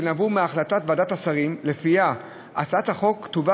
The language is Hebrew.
שנבעו מהחלטת ועדת השרים שלפיה הצעת החוק תובא